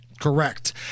Correct